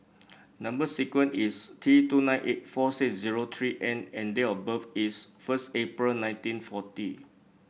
number sequence is T two nine eight four six zero three N and date of birth is first April nineteen forty